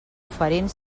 oferint